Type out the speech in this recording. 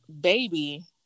Baby